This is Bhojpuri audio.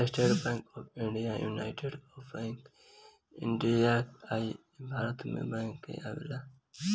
estate bank of India, united bank of India, ICICI bank Bharat के बड़ बैंक में आवेला